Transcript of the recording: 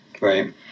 Right